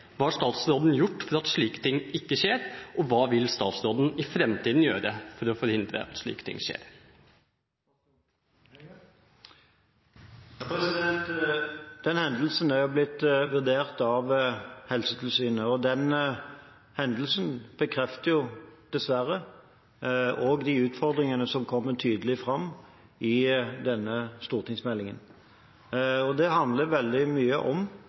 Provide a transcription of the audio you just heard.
har statsråden gjort for at slike ting ikke skjer, og hva vil statsråden gjøre i framtiden for å forhindre at slike ting skjer? Den hendelsen er blitt vurdert av Helsetilsynet, og den hendelsen bekrefter dessverre de utfordringene som kommer tydelig fram i denne stortingsmeldingen. Det handler veldig mye om